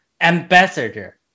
ambassador